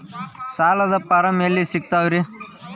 ಸಾಲದ ಫಾರಂ ಎಲ್ಲಿ ಸಿಕ್ತಾವ್ರಿ?